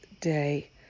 day